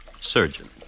Surgeon